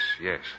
yes